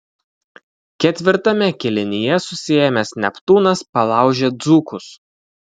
ketvirtame kėlinyje susiėmęs neptūnas palaužė dzūkus